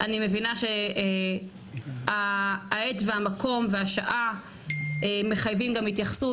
אני מבינה שהעת והמקום והשעה מחייבים גם התייחסות,